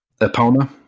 Epona